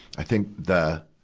i think the,